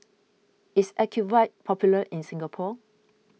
is Ocuvite popular in Singapore